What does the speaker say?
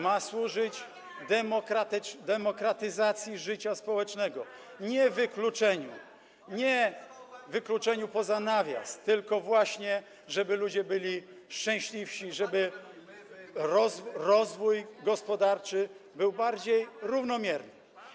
Ma służyć demokratyzacji życia społecznego, nie wykluczeniu, nie wyłączeniu poza nawias, tylko właśnie, żeby ludzie byli szczęśliwsi, żeby rozwój gospodarczy był bardziej równomierny.